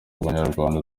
abanyarwanda